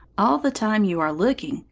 all the time you are looking,